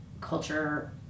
culture